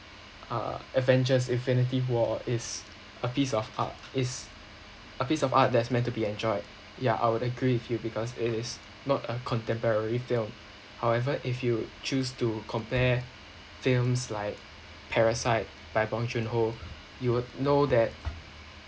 uh avengers infinity war is a piece of art is a piece of art that's meant to be enjoyed yeah I would agree with you because it is not a contemporary film however if you choose to compare films like parasite by bong joon [ho] you will know that